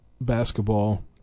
basketball